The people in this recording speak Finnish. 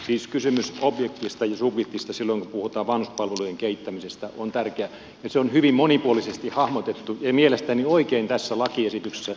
siis kysymys objektista ja subjektista silloin kun puhutaan vanhuspalveluiden kehittämisestä on tärkeä ja se on hyvin monipuolisesti hahmotettu ja mielestäni oikein tässä lakiesityksessä